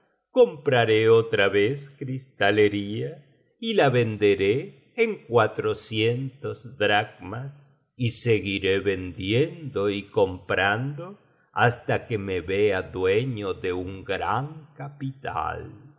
compraré otra vez cristalería y la venderé en cuatrocientos dracmas y seguiré vendiendo y comprando hasta que me vea dueño de un gran capital